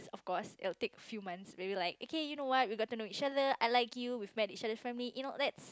of course it'll take few months maybe like okay you know what we got to know each other I like you we've met each other's family you know let's